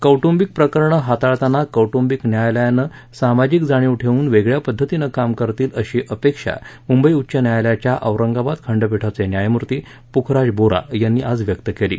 कौट्बिक प्रकरणं हाताळतांना कौट्बिक न्यायालयं सामाजिक जाणीव ठेवून वेगळ्या पध्दतीनं काम करतील अशी अपेक्षा मुंबई उच्च न्यायालयाच्या औरंगाबाद खंडपीठाचे न्यायमूर्ती प्खराज बोरा यांनी आज व्यक्त केली आहे